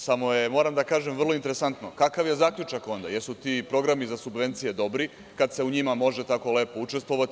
Samo moram da kažem vrlo je interesantno, kakav je zaključak onda, jesu li ti programi za subvencije dobri kad se u njima može tako lepo učestvovati.